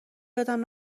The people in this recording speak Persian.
یادم